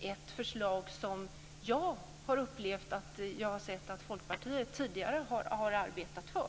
ett förslag som jag har upplevt att Folkpartiet tidigare har arbetat för.